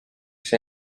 see